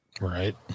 Right